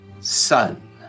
sun